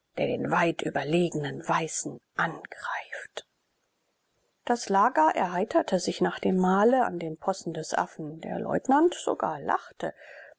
der den weit überlegenen weißen angreift das lager erheiterte sich nach dem mahle an den possen des affen der leutnant sogar lachte